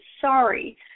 sorry